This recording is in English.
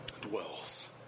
dwells